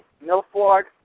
Milford